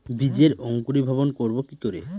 বীজের অঙ্কুরিভবন করব কি করে?